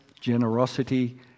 generosity